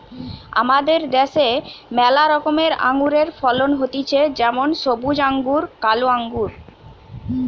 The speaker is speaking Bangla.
আমাদের দ্যাশে ম্যালা রকমের আঙুরের ফলন হতিছে যেমন সবুজ আঙ্গুর, কালো আঙ্গুর